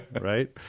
Right